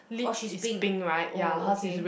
or she's pink oh okay